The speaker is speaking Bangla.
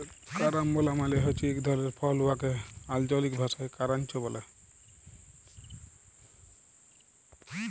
কারাম্বলা মালে হছে ইক ধরলের ফল উয়াকে আল্চলিক ভাষায় কারান্চ ব্যলে